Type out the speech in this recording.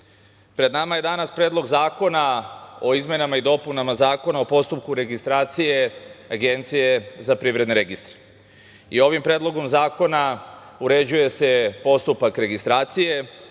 pred nama je danas Predlog zakona o izmenama i dopunama Zakona o postupku registracije Agencije za privredne registre. Ovim predlogom zakona uređuje se postupak registracije,